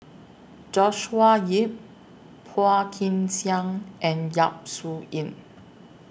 Joshua Ip Phua Kin Siang and Yap Su Yin